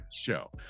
show